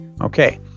Okay